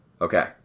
Okay